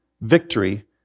victory